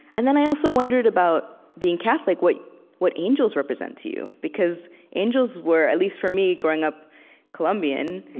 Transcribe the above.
and then i also wondered about, being catholic, what what angels represent to you, because angels were at least, for me, growing up colombian,